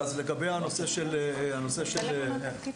זה חלק מהתפקיד